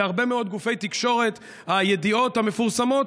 בהרבה מאוד גופי תקשורת הידיעות המפורסמות